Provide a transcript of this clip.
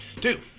two